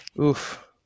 Oof